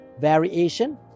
variation